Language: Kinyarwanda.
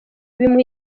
bimuha